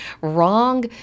wrong